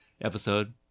episode